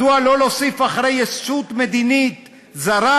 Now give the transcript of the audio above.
מדוע לא להוסיף אחרי "ישות מדינית זרה"